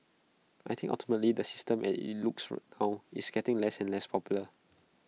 I think ultimately the system as IT looks now is getting less and less popular